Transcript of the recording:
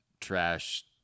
trash